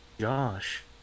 Josh